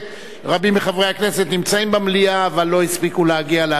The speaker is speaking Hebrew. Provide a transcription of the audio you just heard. רבים מחברי הכנסת נמצאים במליאה אבל לא הספיקו להגיע להצביע,